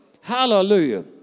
Hallelujah